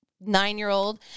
nine-year-old